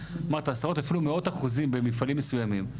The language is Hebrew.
אמרת עשרות אפילו מאות אחוזים במפעלים מסוימים.